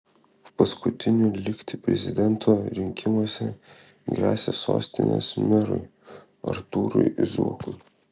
paskutiniu likti prezidento rinkimuose gresia sostinės merui artūrui zuokui